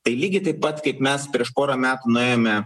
tai lygiai taip pat kaip mes prieš porą metų nuėjome